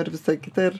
ir visa kita ir